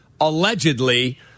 allegedly